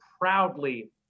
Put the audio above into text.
proudly